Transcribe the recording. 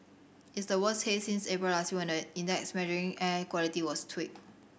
it's the worst haze since April last year when the index measuring air quality was tweaked